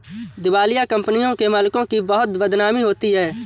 दिवालिया कंपनियों के मालिकों की बहुत बदनामी होती है